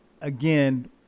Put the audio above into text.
Again